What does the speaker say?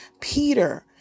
Peter